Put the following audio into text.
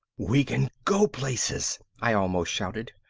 we can go places! i almost shouted.